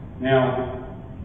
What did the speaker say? Now